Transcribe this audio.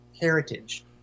heritage